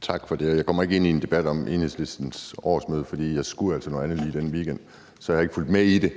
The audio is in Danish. Tak for det. Jeg kommer ikke ind i en debat om Enhedslistens årsmøde, for jeg skulle altså noget andet lige i den weekend, så jeg har ikke fulgt med i,